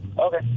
okay